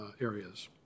areas